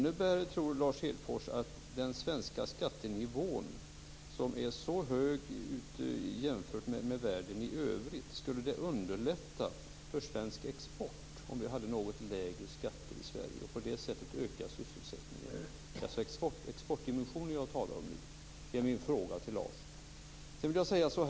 Eftersom den svenska skattenivån är så hög jämfört med i världen i övrigt, undrar jag om Lars Hedfors tror att det skulle underlätta för svensk export om vi hade något lägre skatter i Sverige och att sysselsättningen på det sättet skulle öka. Det är alltså exportdimensionen som jag talar om nu.